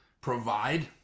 provide